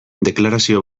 deklarazio